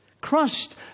crushed